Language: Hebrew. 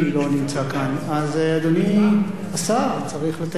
אז אדוני השר צריך לתת את תשובתו.